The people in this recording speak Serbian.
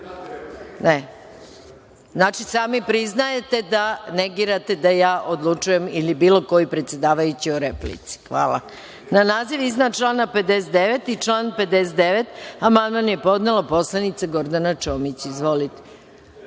Znači, sami priznajete da negirate da ja odlučujem ili bilo koji predsedavajući o replici. Hvala. Na naziv iznad člana 59. i član 59. amandman je podnela narodni poslanik Gordana Čomić. Izvolite.(Marko